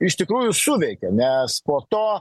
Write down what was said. iš tikrųjų suveikė nes po to